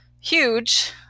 huge